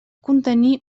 contenir